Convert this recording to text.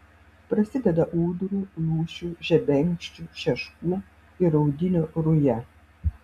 prasideda ūdrų lūšių žebenkščių šeškų ir audinių ruja